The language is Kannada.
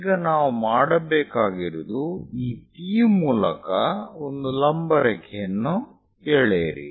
ಈಗ ನಾವು ಮಾಡಬೇಕಾಗಿರುವುದು ಈ P ಮೂಲಕ ಒಂದು ಲಂಬ ರೇಖೆಯನ್ನು ಎಳೆಯಿರಿ